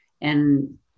And-